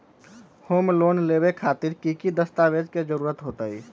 Home loan लेबे खातिर की की दस्तावेज के जरूरत होतई?